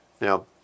Now